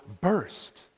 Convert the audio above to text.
burst